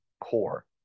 core